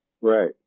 Right